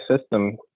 system